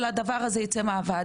אבל הדבר הזה ייצא מהוועדה,